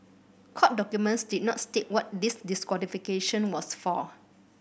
court documents did not state what this disqualification was for